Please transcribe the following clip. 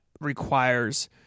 requires